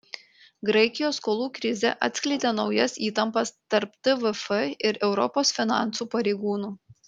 graikijos skolų krizė atskleidė naujas įtampas tarp tvf ir europos finansų pareigūnų